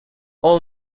all